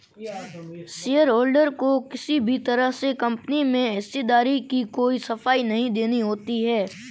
shareholder को किसी भी तरह से कम्पनी में हिस्सेदारी की कोई सफाई नहीं देनी होती है